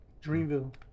Dreamville